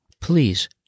please